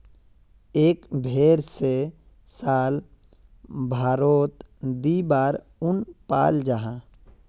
एक भेर से साल भारोत दी बार उन पाल जाहा